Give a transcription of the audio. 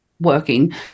Working